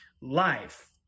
life